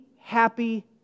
happy